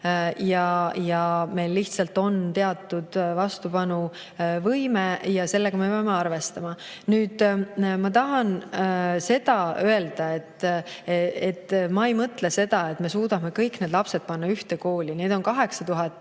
Meil lihtsalt on teatud vastupanuvõime ja sellega me peame arvestama. Nüüd, ma tahan seda öelda, et ma ei mõtle seda, et me suudame kõik need lapsed panna ühte kooli. Neid on 8000 last, aga